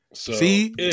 See